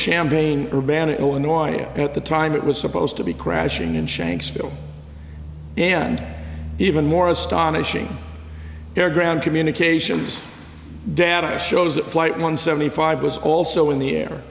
champagne urbana illinois at the time it was supposed to be crashing in shanksville and even more astonishing air ground communications data shows that flight one seventy five was also in the air